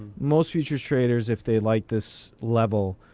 most futures traders, if they like this level,